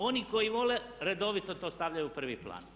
Oni koji vole redovito to stavljaju u prvi plan.